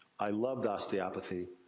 i loved osteopathy,